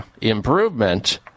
improvement